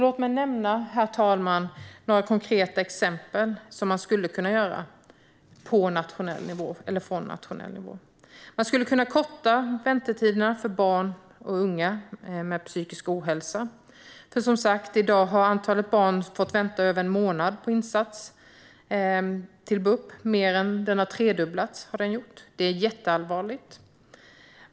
Låt mig därför nämna några konkreta exempel på vad man skulle kunna göra på nationell nivå, herr talman. Man skulle kunna korta väntetiderna för barn och unga med psykisk ohälsa. I dag har nämligen antalet barn som har fått vänta i mer än en månad på insats från BUP mer än tredubblats. Det är jätteallvarligt.